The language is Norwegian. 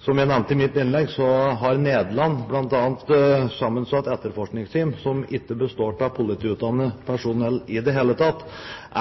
Som jeg nevnte i mitt innlegg, har Nederland bl.a. sammensatt etterforskningsteam som ikke består av politiutdannet personell i det hele tatt.